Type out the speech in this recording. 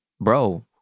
bro